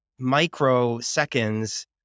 microseconds